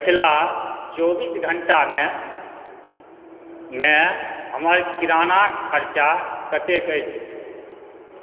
पछिला चौबीस घण्टामे हमर किरानाक खर्चा कतेक अछि